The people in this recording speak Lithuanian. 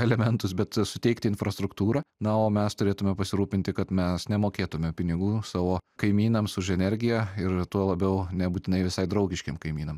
elementus bet suteikti infrastruktūrą na o mes turėtume pasirūpinti kad mes nemokėtume pinigų savo kaimynams už energiją ir tuo labiau nebūtinai visai draugiškiem kaimynam